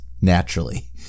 naturally